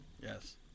Yes